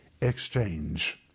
exchange